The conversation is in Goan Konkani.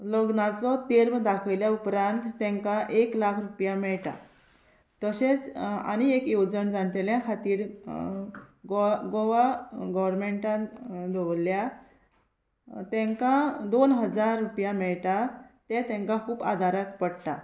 लग्नाचो तेल दाखयल्या उपरांत तांकां एक लाख रुपया मेळटा तशेंच आनी एक येवजण जाणटेल्या खातीर गो गोवा गोवोरमेंटान दवरल्या तांकां दोन हजार रुपया मेळटा तें तांकां खूब आदाराक पडटा